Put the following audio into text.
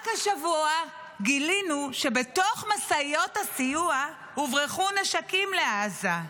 רק השבוע גילינו שבתוך משאיות הסיוע הוברחו נשקים לעזה.